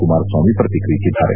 ಕುಮಾರಸ್ವಾಮಿ ಪ್ರತಿಕ್ರಿಯಿಸಿದ್ದಾರೆ